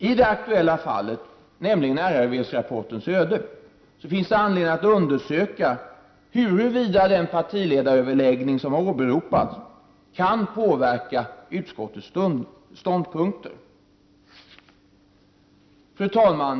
I det aktuella fallet, nämligen RRV-rapportens öde, finns det anledning att undersöka huruvida den partiledaröverläggning som har åberopats kan påverka utskottets ståndpunkter. Fru talman!